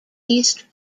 east